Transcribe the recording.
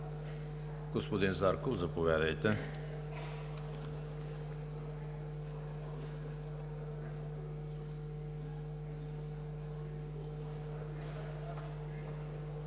Господин Зарков, заповядайте.